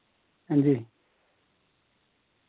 हां जी